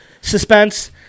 suspense